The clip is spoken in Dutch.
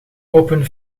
open